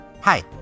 Hi